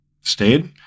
stayed